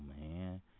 man